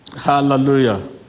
hallelujah